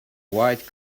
white